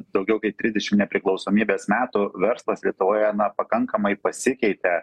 daugiau kaip trisdešim nepriklausomybės metų verslas lietuvoje na pakankamai pasikeitė